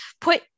put